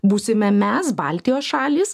būsime mes baltijos šalys